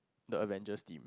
the avengers team